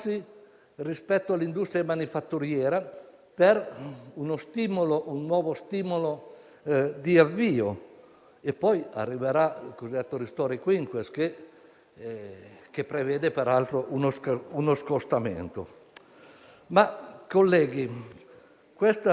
gravissima situazione è anche l'occasione per intervenire sulle procedure e per regolare i troppi poteri che immobilizzano il sistema. Dobbiamo stare certamente attenti ai ladri, ma mi